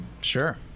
Sure